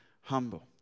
humble